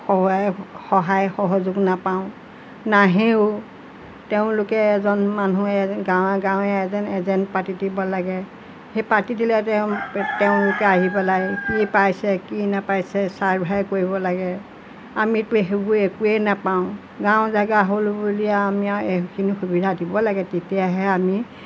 সহায় সহযোগ নাপাওঁ নাহেও তেওঁলোকে এজন মানুহে গাঁৱে গাঁৱে এজন এজেণ্ট পাতি দিব লাগে সেই পাতি দিলে তেওঁ তেওঁলোকে আহি পেলাই কি পাইছে কি নাপাইছে চাৰ্ভে কৰিব লাগে আমিতো সেইবোৰ একোৱেই নাপাওঁ গাঁও জেগা হ'ল বুলিয়ে আৰু আমি আৰু এইখিনি সুবিধা দিব লাগে তেতিয়াহে আমি